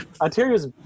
Ontario's